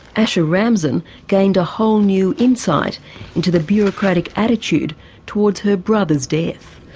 asha ramzan gained a whole new insight into the bureaucratic attitude towards her brother's death.